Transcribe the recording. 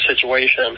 situation